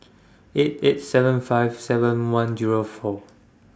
eight eight seven five seven one Zero four